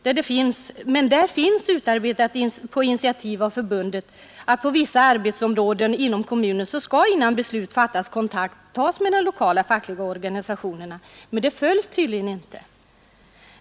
Där finns emellertid en föreskrift, utarbetad på initiativ av Kommunalarbetareförbundet, att på vissa arbetsområden inom kommunen skall, innan beslut fattas, kontakt tas med de lokala fackliga organisationerna. Men den föreskriften följs tydligen inte.